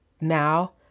now